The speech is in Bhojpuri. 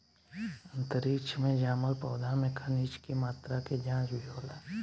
अंतरिक्ष में जामल पौधा में खनिज के मात्रा के जाँच भी होला